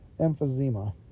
emphysema